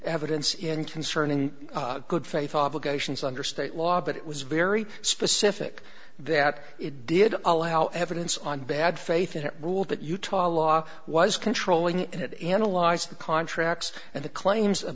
evidence in concern in good faith obligations under state law but it was very specific that it did allow evidence on bad faith and it ruled that utah law was controlling and it analyzed the contracts and the claims